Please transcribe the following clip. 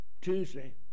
Tuesday